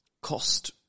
cost